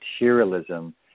materialism